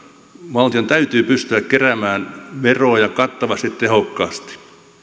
valtion täytyy pystyä keräämään veroja kattavasti tehokkaasti